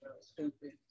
stupid